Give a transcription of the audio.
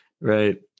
Right